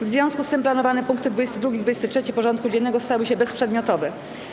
W związku z tym planowane punkty 22. i 23. porządku dziennego stały się bezprzedmiotowe.